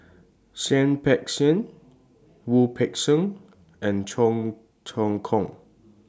Seah Peck Seah Wu Peng Seng and Cheong Choong Kong